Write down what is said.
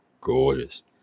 gorgeous